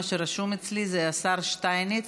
מה שרשום אצלי זה השר שטייניץ,